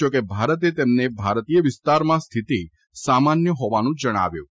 જા કે ભારતે તેમને ભારતીય વિસ્તારમાં સ્થિતિ સામાન્ય હોવાનું જણાવ્યું હતું